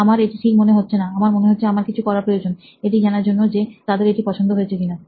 আমার এটি ঠিক মনে হচ্ছে না আমার মনে হচ্ছে আমার কিছু করা প্রয়োজন এটি জানার জন্য যে তাদের এটি পছন্দ হয়েছে কিনা